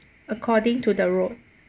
according to the road